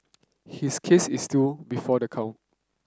his case is still before the court